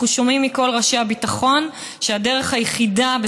אנחנו שומעים מכל ראשי הביטחון שהדרך היחידה,